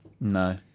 No